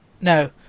no